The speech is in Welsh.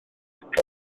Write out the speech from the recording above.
parc